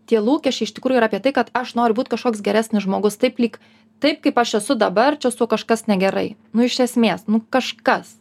tie lūkesčiai iš tikrųjų yra apie tai kad aš noriu būt kašoks geresnis žmogus taip lyg taip kaip aš esu dabar kažkas negerai nu iš esmės nu kažkas